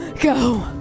go